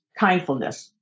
Kindfulness